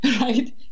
right